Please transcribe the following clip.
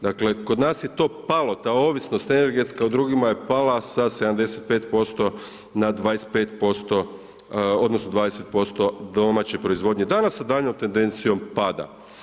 Dakle kod nas je to palo, ta ovisnost energetska u drugima je pala sa 75% na 25% odnosno 20% domaće proizvodnje danas sa daljnjom tendencijom pada.